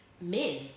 men